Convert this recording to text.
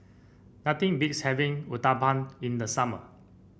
nothing beats having Uthapam in the summer